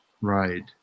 Right